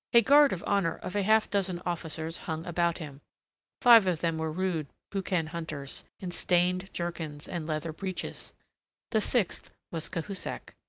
a guard of honour of a half-dozen officers hung about him five of them were rude boucan-hunters, in stained jerkins and leather breeches the sixth was cahusac.